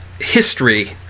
history